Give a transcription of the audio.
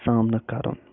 سامنہٕ کَرُن